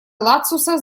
ладсуса